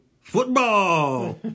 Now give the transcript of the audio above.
football